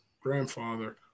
grandfather